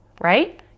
right